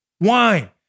wine